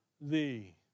thee